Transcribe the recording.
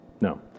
No